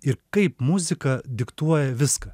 ir kaip muzika diktuoja viską